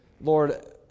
Lord